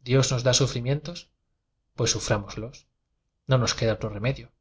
dios nos dá su frimientos pues sufrámoslos no nos queda otro remedio